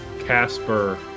Casper